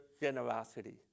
generosity